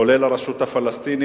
כולל הרשות הפלסטינית,